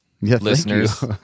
listeners